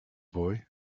boy